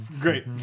Great